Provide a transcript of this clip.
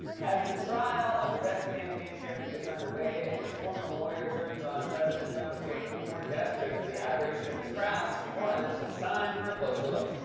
as the trial of his ex-campaign chairman gets under way and his former lawyer turns on him, president trump is getting even more desperate for the adoration of his crowds. for more on this, it's time for a closer look.